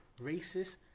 racist